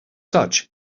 such